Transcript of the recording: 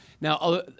Now